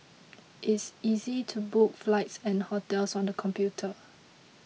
it's easy to book flights and hotels on the computer